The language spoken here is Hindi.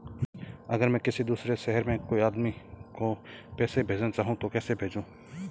अगर मैं किसी दूसरे शहर में कोई आदमी को पैसे भेजना चाहूँ तो कैसे भेजूँ?